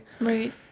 right